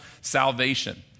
salvation